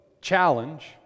challenge